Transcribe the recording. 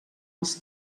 els